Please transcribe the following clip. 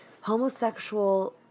homosexual